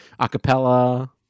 Acapella